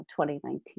2019